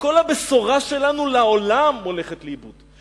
כל הבשורה שלנו לעולם הולכת לאיבוד.